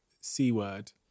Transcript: c-word